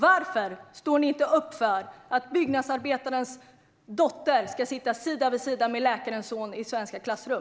Varför står ni inte upp för att byggnadsarbetarens dotter ska sitta sida vid sida med läkarens son i svenska klassrum?